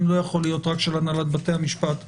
לא יכול להיות רק של הנהלת בתי המשפט והשב"ס.